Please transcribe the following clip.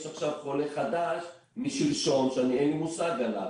יש עכשיו חולה חדש משלשום שאין לי מושג עליו.